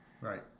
Right